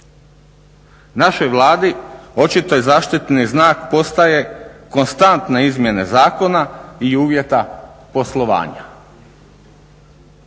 Našoj Vladi očito je zaštitni znak postaje konstantne izmjene zakona i uvjeta poslovanja.